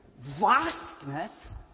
vastness